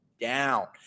down